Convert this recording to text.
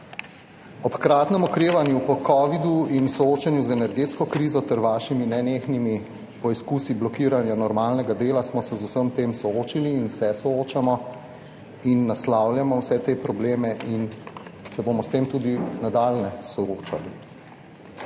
Ob hkratnem okrevanju po covidu in soočanju z energetsko krizo ter vašimi nenehnimi poizkusi blokiranja normalnega dela smo se z vsem tem soočili in se soočamo ter naslavljamo vse te probleme in se bomo s tem tudi v nadaljnje soočali.